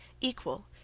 equal